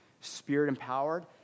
spirit-empowered